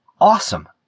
Awesome